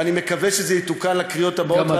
ואני מקווה שזה יתוקן לקריאות הבאות ואז אני אתמוך,